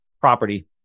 property